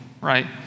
right